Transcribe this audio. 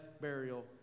burial